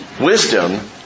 Wisdom